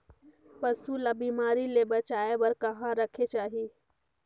पशु ला बिमारी ले बचाय बार कहा रखे चाही?